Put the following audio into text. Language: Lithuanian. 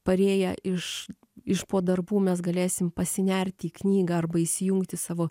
parėję iš iš po darbų mes galėsim pasinerti į knygą arba įsijungti savo